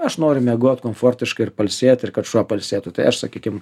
aš noriu miegot komfortiškai ir pailsėt ir kad šuo pailsėtų tai aš sakykim